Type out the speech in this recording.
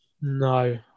No